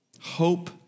Hope